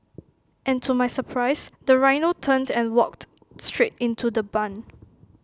and to my surprise the rhino turned and walked straight into the barn